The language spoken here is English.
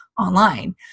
online